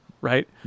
right